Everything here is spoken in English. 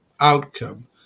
outcome